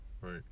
right